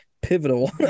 pivotal